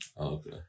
Okay